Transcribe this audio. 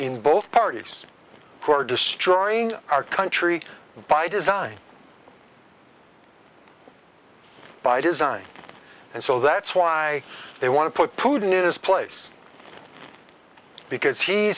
in both parties who are destroying our country by design by design and so that's why they want to put putin is place because he